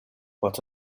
but